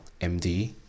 MD